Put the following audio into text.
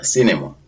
Cinema